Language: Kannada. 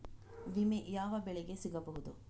ವಿಮೆ ಯಾವ ಬೆಳೆಗೆ ಸಿಗಬಹುದು?